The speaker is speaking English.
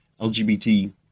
LGBT